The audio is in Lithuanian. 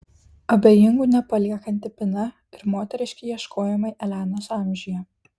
abejingų nepaliekanti pina ir moteriški ieškojimai elenos amžiuje